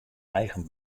eigen